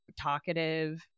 talkative